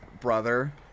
brother